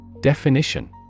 Definition